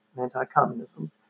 anti-communism